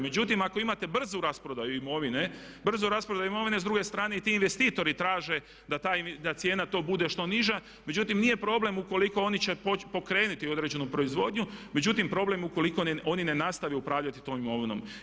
Međutim, ako imate brzu rasprodaju imovine, brzu rasprodaju imovine, s druge strane i ti investitori traže da cijena tu bude što niža, međutim nije problem ukoliko oni će pokrenuti određenu proizvodnju međutim problem je ukoliko oni ne nastave upravljati tom imovinom.